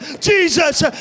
Jesus